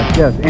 yes